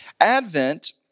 Advent